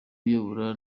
uyobora